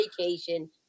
vacation